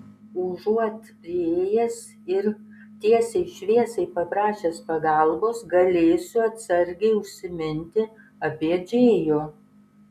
užuot priėjęs ir tiesiai šviesiai paprašęs pagalbos galėsiu atsargiai užsiminti apie džėjų